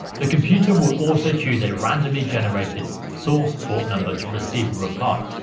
the computer will also choose a randomly generated source port number to receive a reply.